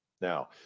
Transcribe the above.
Now